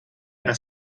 era